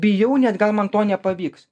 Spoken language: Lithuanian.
bijau gal man to nepavyks